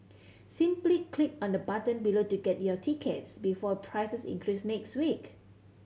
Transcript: simply click on the button below to get your tickets before prices increase next week